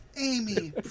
Amy